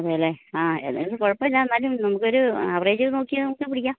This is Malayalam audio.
അതേ അല്ലേ അഹ് ഏതായാലും കുഴപ്പമില്ല എന്നാലും നമുക്ക് ഒരു ആവറേജ് നോക്കി നമ്മൾക്ക് പിടിക്കാം